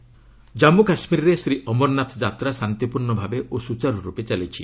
ଅମରନାଥ ଯାତ୍ରା ଜନ୍ମୁ କାଶ୍ମୀରରେ ଶ୍ରୀଅମରନାଥ ଯାତ୍ରା ଶାନ୍ତିପୂର୍ଣ୍ଣଭାବେ ଓ ସୁଚାରୁରୂପେ ଚାଲିଛି